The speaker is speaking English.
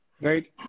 right